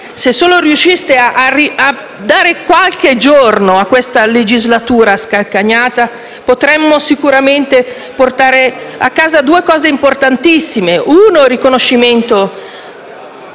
se solo riusciste a dare qualche giorno a questa legislatura scalcagnata, potremmo sicuramente portare a casa due risultati importantissimi. Il primo